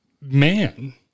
man